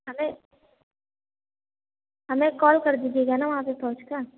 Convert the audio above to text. हमें हमें कॉल कर दीजिएगा न वहाँ से पहुँच कर